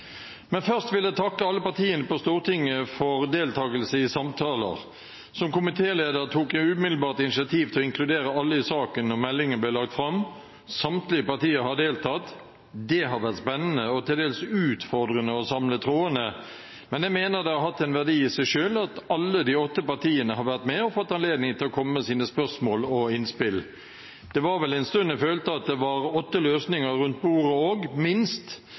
Men først vil jeg takke alle partiene på Stortinget for deltagelse i samtaler. Som komitéleder tok jeg umiddelbart initiativ til å inkludere alle i saken da meldingen ble lagt fram. Samtlige partier har deltatt. Det har vært spennende og til dels utfordrende å samle trådene, men jeg mener det har hatt en verdi i seg selv at alle de åtte partiene har vært med og fått anledning til å komme med sine spørsmål og innspill. Det var vel en stund jeg følte det var åtte løsninger rundt bordet også – minst